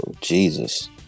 Jesus